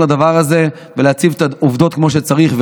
לדבר הזה ולהציב את העובדות כמו שצריך,